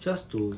just to